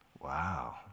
Wow